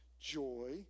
joy